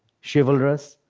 chivalrous,